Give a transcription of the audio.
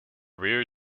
rear